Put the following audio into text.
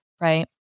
right